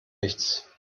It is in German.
nichts